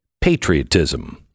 Patriotism